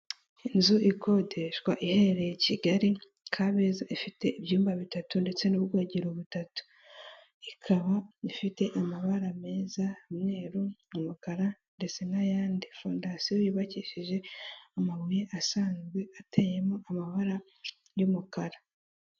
Inzu ikodeshwa iherereye i kigali kabeza ifite ibyumba bitatu ndetse n'ubwogero butatu ikaba ifite amabara meza umweru umukara ndetse n'ayandi, fondasiyo yubakishije amabuye asanzwe ateyemo amabara y'umukara.